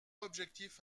objectif